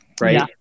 right